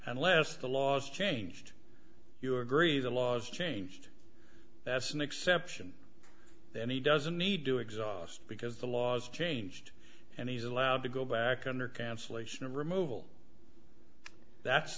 unless the laws changed you agree the laws changed that's an exception that he doesn't need to exhaust because the laws changed and he's allowed to go back under cancellation of removal that's